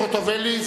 חברת הכנסת חוטובלי,